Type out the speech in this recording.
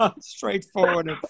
straightforward